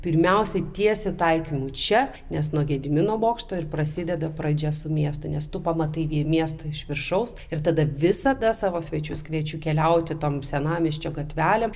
pirmiausiai tiesiu taikymu čia nes nuo gedimino bokšto ir prasideda pradžia su miestu nes tu pamatai į miestą iš viršaus ir tada visada savo svečius kviečiu keliauti tom senamiesčio gatvelėm